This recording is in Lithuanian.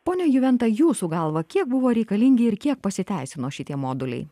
pone juventa jūsų galva kiek buvo reikalingi ir kiek pasiteisino šitie moduliai